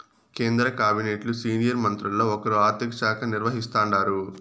కేంద్ర కాబినెట్లు సీనియర్ మంత్రుల్ల ఒకరు ఆర్థిక శాఖ నిర్వహిస్తాండారు